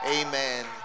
Amen